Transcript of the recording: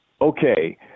okay